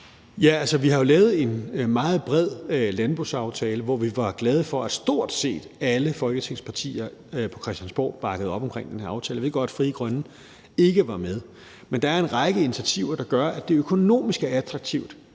Prehn): Vi har jo lavet en meget bred landbrugsaftale, som vi var glade for at stort set alle Folketingets partier på Christiansborg bakkede op om. Jeg ved godt, at Frie Grønne ikke var med i den. Men der er en række initiativer, der gør, at det er økonomisk attraktivt